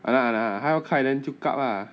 ah lah ah lah 他要开 then 就 card lah